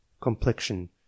complexion